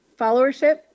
followership